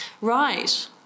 Right